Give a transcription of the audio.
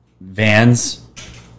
vans